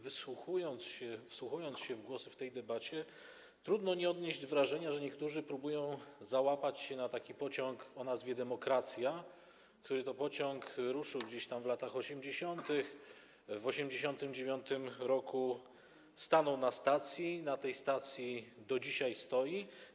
Wsłuchując się w głosy w tej debacie, trudno nie odnieść wrażenia, że niektórzy próbują załapać się na taki pociąg o nazwie „demokracja”, który to pociąg ruszył gdzieś tam w latach 80., w 1989 r. stanął na stacji i na tej stacji do dzisiaj stoi.